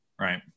right